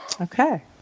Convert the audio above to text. Okay